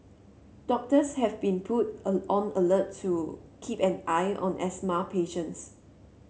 doctors have been put a on alert to keep an eye on asthma patients